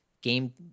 game